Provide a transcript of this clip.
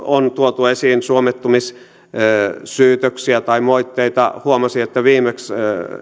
on tuotu esiin suomettumissyytöksiä tai moitteita huomasin että viimeksi